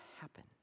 happen